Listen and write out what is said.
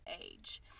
age